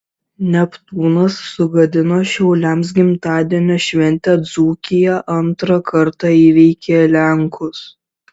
neptūnas sugadino šiauliams gimtadienio šventę dzūkija antrą kartą įveikė lenkus